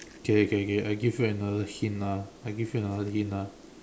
okay okay okay I give you another hint lah I give you another hint ah